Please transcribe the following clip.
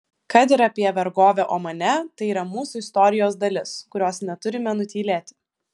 kad ir apie vergovę omane tai yra mūsų istorijos dalis kurios neturime nutylėti